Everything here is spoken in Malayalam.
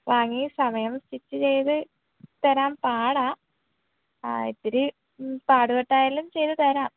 വാങ്ങി സമയം സ്റ്റിച്ച് ചെയ്ത് തരാൻ പാടാണ് ആ ഇത്തിരി പാട് പെട്ടായാലും ചെയ്തു തരാം